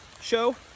show